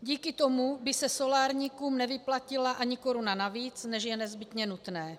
Díky tomu by se solárníkům nevyplatila ani koruna navíc, než je nezbytně nutné.